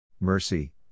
Mercy